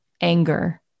anger